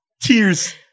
tears